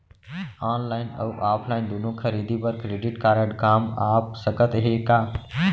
Online अऊ offline दूनो खरीदी बर क्रेडिट कारड काम आप सकत हे का?